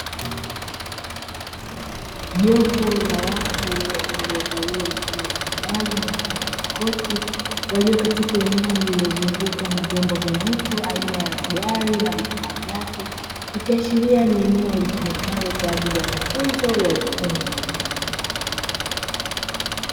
Jopo la watu waliovalia mavazi maalumu mfano wa makoti walio katika eneo lililozungukwa na vyombo vya moto aina ya magari na vifaa vyake, ikiashiria ni eneo litumikalo kwajili ya mafunzo ya ufundi.